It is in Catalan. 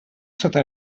sota